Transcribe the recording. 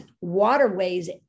waterways